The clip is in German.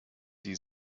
die